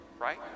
right